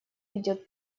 ведет